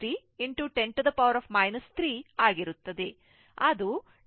ನೀವು ಮೂಲ ಸರ್ಕ್ಯೂಟ್ಗೆ ಬಂದರೆ ಇದು i 0 t ಇದು 60 ಮತ್ತು ಇದು ವಾಸ್ತವವಾಗಿ i 0 t